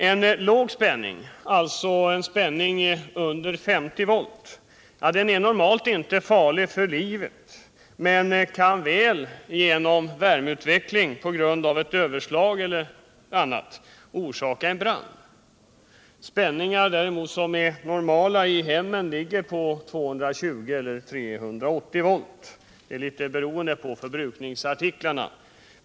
En lågspänning, alltså under 50 volt, är normalt inte farlig för liv men kan väl genom värmeutveckling på grund av ett eventuellt överslag orsaka brand. Spänningar som är normala i hemmen ligger på 220 eller 380 volt — det är litet beroende på förbrukningsartiklarna.